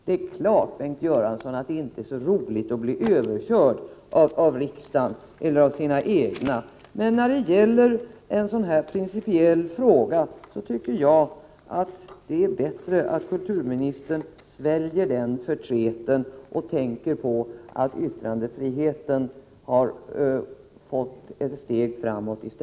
Det är klart, Bengt Göransson, att det inte är så roligt att bli överkörd av riksdagen eller av sina egna. Men när det gäller en sådan här principiell fråga tycker jag att det är bättre att kulturministern sväljer den förtreten och i stället tänker på att yttrandefriheten har kommit ett steg framåt.